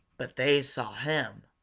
but they saw him.